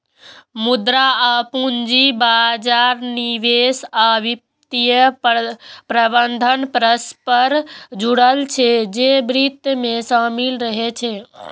मुद्रा आ पूंजी बाजार, निवेश आ वित्तीय प्रबंधन परस्पर जुड़ल छै, जे वित्त मे शामिल रहै छै